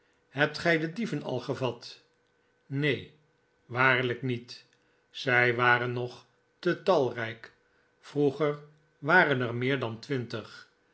hebt gij de dieven al gevat neen neen waarlijk niet zij waren nog te talrijk vroeger waren er meer dan twintig